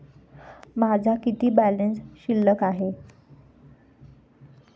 माझा किती बॅलन्स शिल्लक आहे?